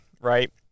right